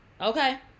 okay